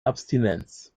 abstinenz